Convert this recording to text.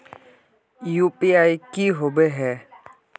UPI की होबे है?